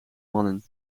mannen